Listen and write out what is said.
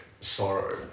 sorrow